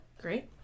great